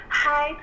hi